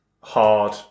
hard